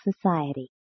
society